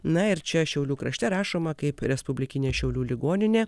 na ir čia šiaulių krašte rašoma kaip respublikinė šiaulių ligoninė